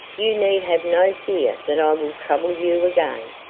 you need have no fear that i will trouble you again.